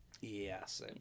Yes